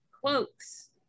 cloaks